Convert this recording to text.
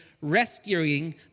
rescuing